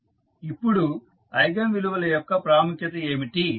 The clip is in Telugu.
ఇప్పుడు ఐగన్ విలువల యొక్క ప్రాముఖ్యత ఏమిటి